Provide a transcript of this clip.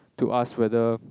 to ask whether